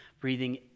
Breathing